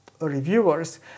reviewers